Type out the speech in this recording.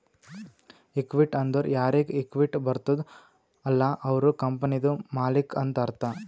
equity ಅಂದುರ್ ಯಾರಿಗ್ equity ಬರ್ತುದ ಅಲ್ಲ ಅವ್ರು ಕಂಪನಿದು ಮಾಲ್ಲಿಕ್ ಅಂತ್ ಅರ್ಥ